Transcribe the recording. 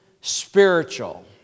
spiritual